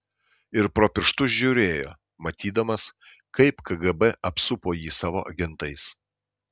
ir pro pirštus žiūrėjo matydamas kaip kgb apsupo jį savo agentais